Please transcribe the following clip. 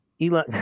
Eli